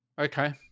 Okay